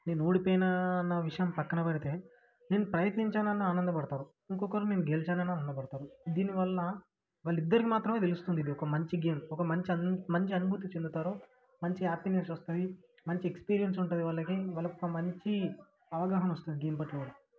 నేను ఓడిపోయిన అన్న విషయం పక్కన పెడితే నేను ప్రయత్నించానని ఆనందపడతారు ఇంకొకరు నేను గెలిచానని ఆనందపడతారు దీనివల్ల వాళ్ళిద్దరికి మాత్రమే తెలుస్తుందిదొక మంచి గేమ్ మంచి అన్ మంచి అనుభూతి చెందుతారు మంచిగా హ్యాపీనెస్ వస్తుంది మంచి ఎక్స్పీరియన్స్ ఉంటుంది వాళ్ళకి వాళ్ళొక మంచి అవగాహనొస్తుంది గేమ్ పట్ల కూడా